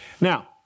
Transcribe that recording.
Now